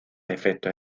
efectos